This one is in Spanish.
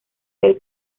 del